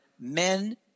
Men